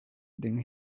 than